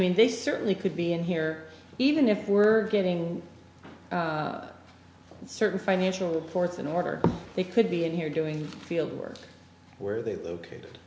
mean they certainly could be in here even if we're getting certain financial reports in order they could be in here doing field work where they located